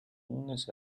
үүнээс